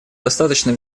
достаточно